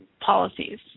policies